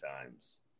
times